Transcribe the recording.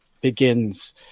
begins